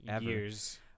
years